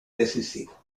decisivo